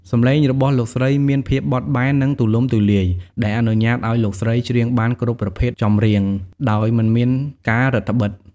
សំឡេងរបស់លោកស្រីមាន ភាពបត់បែន និង ទូលំទូលាយ ដែលអនុញ្ញាតឲ្យលោកស្រីច្រៀងបានគ្រប់ប្រភេទចម្រៀង ដោយមិនមានការរឹតត្បិត។